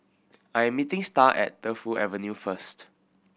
I am meeting Star at Defu Avenue first